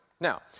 Now